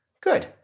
Good